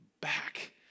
back